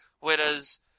whereas